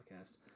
podcast